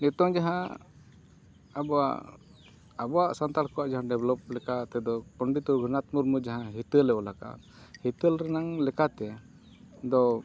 ᱱᱤᱛᱚᱜ ᱡᱟᱦᱟᱸ ᱟᱵᱚᱣᱟᱜ ᱟᱵᱚᱣᱟᱜ ᱥᱟᱱᱛᱟᱲ ᱠᱚᱣᱟᱜ ᱡᱟᱦᱟᱸ ᱰᱮᱵᱷᱮᱞᱚᱯ ᱞᱮᱠᱟ ᱛᱮᱫᱚ ᱯᱚᱱᱰᱤᱛ ᱨᱟᱹᱜᱷᱩᱱᱟᱛ ᱢᱩᱨᱢᱩ ᱡᱟᱦᱟᱸ ᱦᱤᱛᱟᱹᱞᱮ ᱚᱞ ᱟᱠᱟᱜᱼᱟ ᱦᱤᱛᱟᱹᱞ ᱨᱮᱱᱟᱜ ᱞᱮᱠᱟᱛᱮ ᱫᱚ